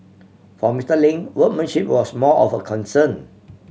for Mister Lin workmanship was more of a concern